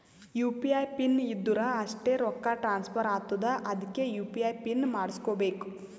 you P I pin ಇದ್ದುರ್ ಅಷ್ಟೇ ರೊಕ್ಕಾ ಟ್ರಾನ್ಸ್ಫರ್ ಆತ್ತುದ್ ಅದ್ಕೇ ಯು.ಪಿ.ಐ ಪಿನ್ ಮಾಡುಸ್ಕೊಬೇಕ್